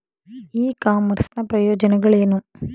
E commerce ನ ಪ್ರಯೋಜನಗಳೇನು?